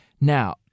Now